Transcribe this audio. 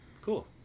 Cool